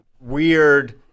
weird